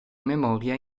memoria